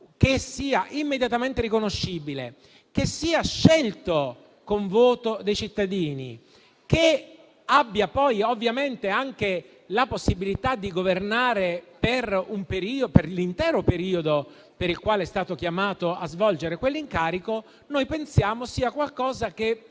che sia immediatamente riconoscibile, che sia scelto con voto dei cittadini, che abbia poi ovviamente anche la possibilità di governare per l'intero periodo per il quale è stato chiamato a svolgere quell'incarico, noi pensiamo sia qualcosa che